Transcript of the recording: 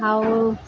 ଆଉ